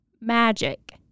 magic